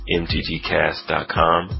mtgcast.com